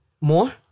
More